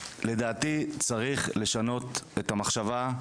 לדעתי צריך לשנות את המחשבה,